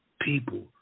people